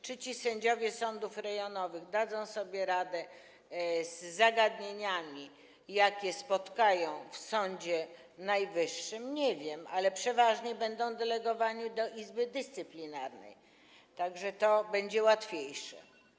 Czy ci sędziowie sądów rejonowych dadzą sobie radę z zagadnieniami, jakie spotkają w Sądzie Najwyższym, nie wiem, ale przeważnie będą delegowani do Izby Dyscyplinarnej, tak że to będzie łatwiejsze.